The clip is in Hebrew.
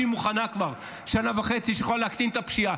שהיא מוכנה כבר שנה וחצי ויכולה להקטין את הפשיעה?